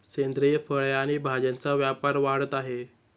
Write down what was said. सेंद्रिय फळे आणि भाज्यांचा व्यापार वाढत आहे